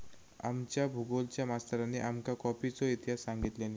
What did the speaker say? आमच्या भुगोलच्या मास्तरानी आमका कॉफीचो इतिहास सांगितल्यानी